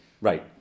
Right